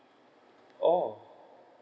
oh